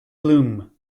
bloom